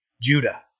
Judah